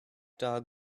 dog